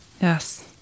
Yes